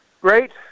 great